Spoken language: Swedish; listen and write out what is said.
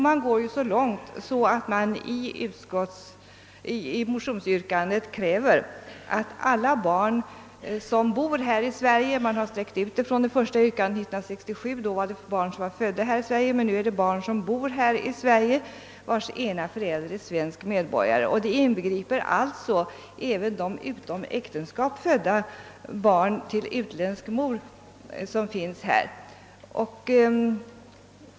Man går så långt att man i motionsyrkandet kräver att alla barn som bor i Sverige — och här har man gått längre än i det första yrkandet år 1967, då det gällde barn födda i Sverige — och vars ena förälder är svensk medborgare skall få svenskt medborgarskap. Det inbegriper alltså även de utom äktenskap födda barn till utländsk mor som finns här.